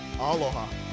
Aloha